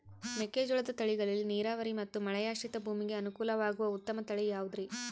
ಮೆಕ್ಕೆಜೋಳದ ತಳಿಗಳಲ್ಲಿ ನೇರಾವರಿ ಮತ್ತು ಮಳೆಯಾಶ್ರಿತ ಭೂಮಿಗೆ ಅನುಕೂಲವಾಗುವ ಉತ್ತಮ ತಳಿ ಯಾವುದುರಿ?